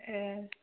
ए